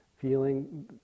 feeling